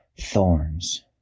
thorns